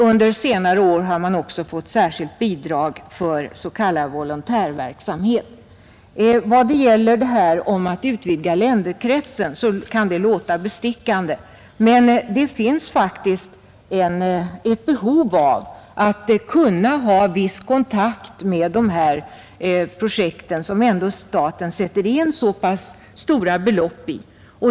Under senare år har man också fått särskilt bidrag för s.k. volontärverksamhet. Att utvidga länderkretsen kan låta bestickande. Men det finns faktiskt ett behov av att kunna ha en viss kontakt med dessa projekt som staten ändå sätter in så pass stora belopp i.